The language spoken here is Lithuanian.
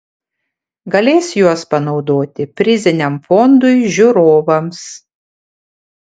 galės juos panaudoti priziniam fondui žiūrovams